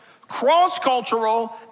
cross-cultural